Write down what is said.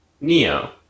Neo